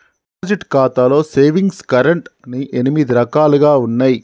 deposit ఖాతాలో savings current అని ఎనిమిది రకాలుగా ఉన్నయి